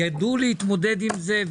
ידעו להתמודד עם זה,